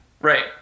Right